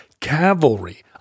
Cavalry